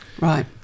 Right